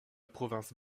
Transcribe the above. province